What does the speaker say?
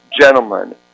gentlemen